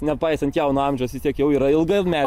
nepaisant jauno amžiausvistiek jau yra ilgametis